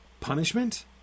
punishment